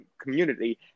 community